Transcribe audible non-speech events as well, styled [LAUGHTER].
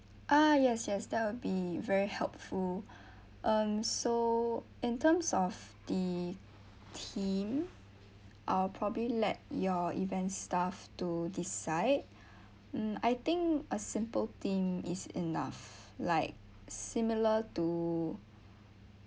ah yes yes that would be very helpful [BREATH] um so in terms of the theme I'll probably let your event staff to decide mm I think a simple theme is enough like similar to